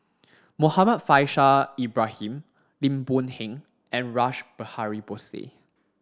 Muhammad Faishal Ibrahim Lim Boon Heng and Rash Behari Bose